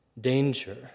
danger